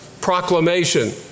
proclamation